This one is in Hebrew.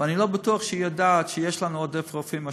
ואני לא בטוח שהיא יודעת שיש לנו עודף רופאים השנה.